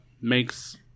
makes